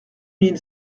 mille